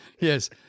Yes